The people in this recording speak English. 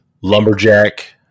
lumberjack